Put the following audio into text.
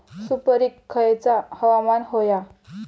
सुपरिक खयचा हवामान होया?